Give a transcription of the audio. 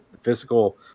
physical